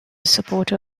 supporter